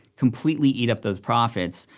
completely eat up those profits,